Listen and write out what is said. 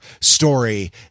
story